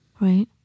Right